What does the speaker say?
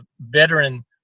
veteran